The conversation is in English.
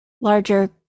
larger